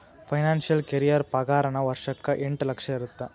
financial career ಪಾಗಾರನ ವರ್ಷಕ್ಕ ಎಂಟ್ ಲಕ್ಷ ಇರತ್ತ